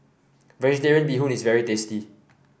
vegetarian Bee Hoon is very tasty